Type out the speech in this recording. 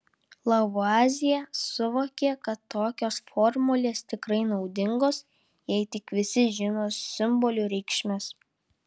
lavuazjė suvokė kad tokios formulės tikrai naudingos jei tik visi žino simbolių reikšmes